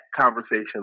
conversation